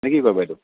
নেকি কয় বাইদেউ